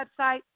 website